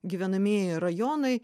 gyvenamieji rajonai